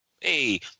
Hey